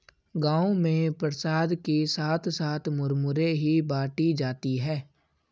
गांव में प्रसाद के साथ साथ मुरमुरे ही बाटी जाती है